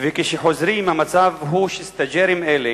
וכשהם חוזרים המצב הוא שסטאז'רים אלה